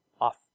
off